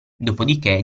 dopodiché